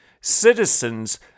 Citizens